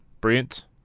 Brilliant